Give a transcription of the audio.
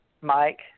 Mike